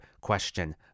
question